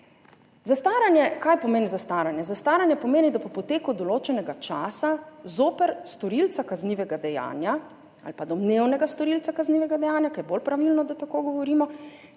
Kaj pomeni zastaranje? Zastaranje pomeni, da po poteku določenega časa zoper storilca kaznivega dejanja ali pa domnevnega storilca kaznivega dejanja, ker je bolj pravilno, da tako govorimo,